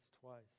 twice